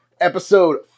episode